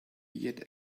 yet